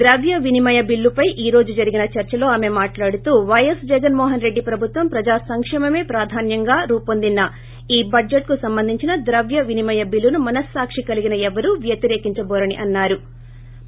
ద్రవ్య వినిమయ బిల్లుపై ఈ రోజు జరిగిన చర్చలో ఆమె మాట్లాడుతూ వైఎస్ జగన్మోహన్రెడ్డి ప్రభుత్వం ప్రజా సంకేమమే ప్రాధాన్యంగా రూపొందిన ఈ బడ్జెట్కు సంబంధించిన ద్రవ్యవినిమయ బిల్లును మనసాక్షి కలిగిన ఎవరూ వ్యతిరేకించటోరని అన్సారు